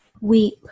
Weep